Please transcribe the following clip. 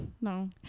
No